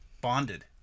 Bonded